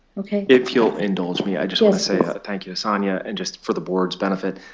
ok. if you'll indulge me, i just want to say thank you to sonja, and just for the board's benefit,